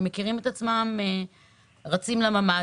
הם מכירים את עצמם רצים לממ"ד,